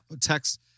text